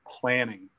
planning